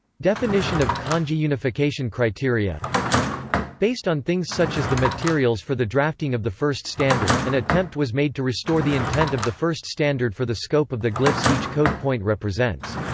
definition of kanji unification criteria based on things such as the materials for the drafting of the first standard, an attempt was made to restore the intent of the first standard for the scope of the glyphs each code point represents.